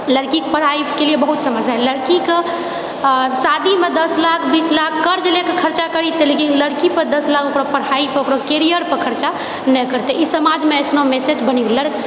लड़कीके पढ़ाइके लिए बहुत समस्या है लड़कीके आ शादीमे दश लाख बीस लाख कर्ज लएके खर्चा करि देते लेकिन लड़कीपर दश लाख ओकरा पढ़ाइ पर ओकर कैरियर पर खर्चा नहि करतै ई समाजमे एइसनो मैसेज बनि गेलै